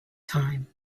time